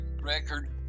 record